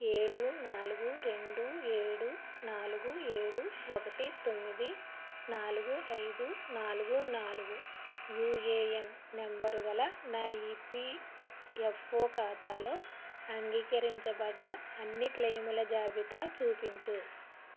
ఏడు నాలుగు రెండు ఏడు నాలుగు ఏడు ఒకటి తొమ్మిది నాలుగు ఐదు నాలుగు నాలుగు యూఏఎన్ నంబరు గల నా ఈపీఎఫ్ఓ ఖాతాలో అంగీకరించబడ్డ అన్ని క్లెయిముల జాబితా చూపించు